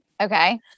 Okay